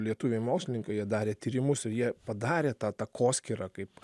lietuviai mokslininkai jie darė tyrimus ir jie padarė tą takoskyrą kaip